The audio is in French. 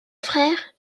frère